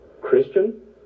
Christian